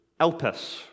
elpis